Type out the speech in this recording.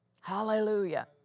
Hallelujah